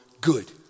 good